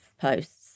posts